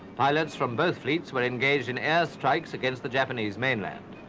pilots from both fleets were engaged in air strikes against the japanese mainland.